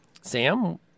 sam